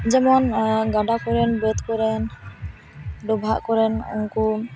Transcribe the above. ᱡᱮᱢᱚᱱ ᱜᱟᱰᱟ ᱠᱚᱨᱮᱱ ᱵᱟᱹᱫᱽ ᱠᱚᱨᱮᱱ ᱰᱚᱵᱷᱟᱜ ᱠᱚᱨᱮᱱ ᱩᱱᱠᱩ